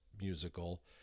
musical